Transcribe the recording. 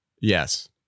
yes